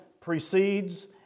precedes